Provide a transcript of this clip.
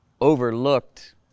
overlooked